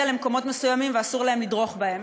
למקומות מסוימים ואסור להם לדרוך בהם.